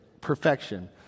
perfection